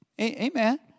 Amen